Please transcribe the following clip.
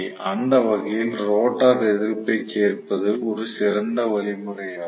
அந்த வகையில் ரோட்டார் எதிர்ப்பை சேர்ப்பது ஒரு சிறந்த வழிமுறையாகும்